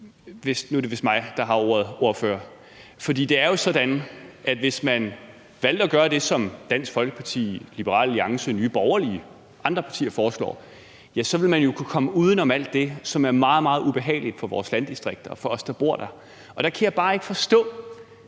Nu er det vist mig, der har ordet, ordfører. For det er sådan, at hvis man valgte at gøre det, som Dansk Folkeparti, Liberal Alliance, Nye Borgerlige og andre partier foreslår, vil man jo kunne komme uden om alt det, som er meget, meget ubehageligt for vores landdistrikter og for os, der bor der. Og der kan jeg bare ikke forstå,